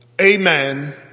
Amen